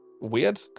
weird